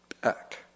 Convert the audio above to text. back